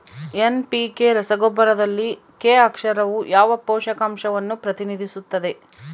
NPK ರಸಗೊಬ್ಬರದಲ್ಲಿ K ಅಕ್ಷರವು ಯಾವ ಪೋಷಕಾಂಶವನ್ನು ಪ್ರತಿನಿಧಿಸುತ್ತದೆ?